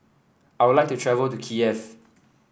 I would like to travel to Kiev